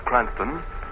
Cranston